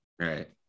Right